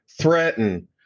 Threaten